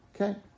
Okay